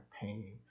pain